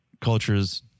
cultures